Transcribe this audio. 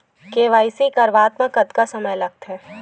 KYC करवात म कतका समय लगथे?